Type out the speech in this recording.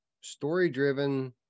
story-driven